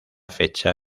fecha